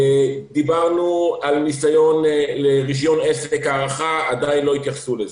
דיברנו על ניסיון לרישיון עסק כהארחה עדיין לא התייחסו לזה.